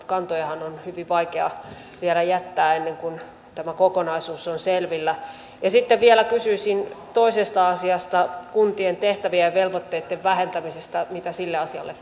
kantojahan on hyvin vaikea vielä jättää ennen kuin tämä kokonaisuus on selvillä sitten vielä kysyisin toisesta asiasta kuntien tehtävien ja velvoitteitten vähentämisestä mitä sille asialle